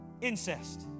incest